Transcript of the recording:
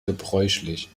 gebräuchlich